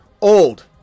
old